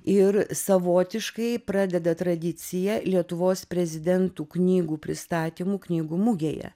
ir savotiškai pradeda tradiciją lietuvos prezidentų knygų pristatymų knygų mugėje